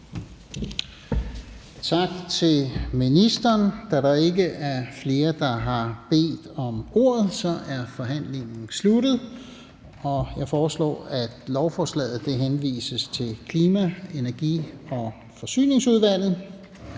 Tak til ministeren. Da der ikke er flere, der har bedt om ordet, er forhandlingen sluttet. Jeg foreslår, at lovforslaget henvises til Klima-, Energi- og Forsyningsudvalget.